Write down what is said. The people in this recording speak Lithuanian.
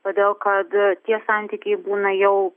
todėl kad tie santykiai būna jau